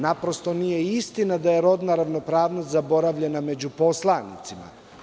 Naprosto nije istina da je rodna ravnopravnost zaboravljena među poslanicima.